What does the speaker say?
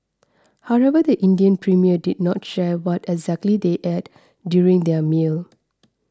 however the Indian Premier did not share what exactly they ate during their meal